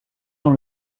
dans